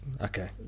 okay